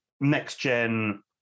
next-gen